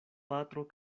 patro